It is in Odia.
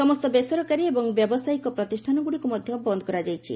ସମସ୍ତ ବେସରକାରୀ ଏବଂ ବ୍ୟବସାୟିକ ପ୍ରତିଷ୍ଠାନଗୁଡ଼ିକୁ ମଧ୍ୟ ବନ୍ଦ କରାଯାଇଛି